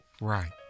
Right